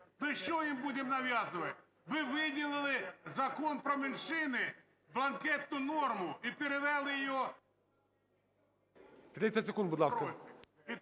ми що їм будемо нав'язувати? Ви виділили в Закон про меншини бланкетну норму і перевели… ГОЛОВУЮЧИЙ. 30 секунд, будь ласка.